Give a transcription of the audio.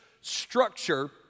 structure